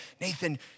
Nathan